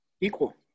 equal